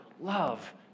love